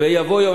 ויבוא יום,